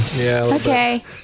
Okay